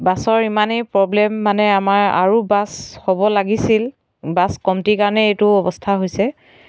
বাছৰ ইমানেই প্ৰব্লেম মানে আমাৰ আৰু বাছ হ'ব লাগিছিল বাছ কমটি কাৰণে এইটো অৱস্থা হৈছে